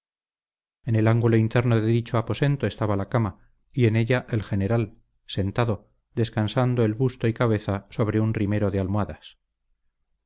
en el ángulo interno de dicho aposento estaba la cama y en ella el general sentado descansando el busto y cabeza sobre un rimero de almohadas